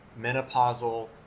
menopausal